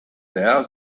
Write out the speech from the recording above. there